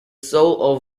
soul